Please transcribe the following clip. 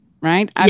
Right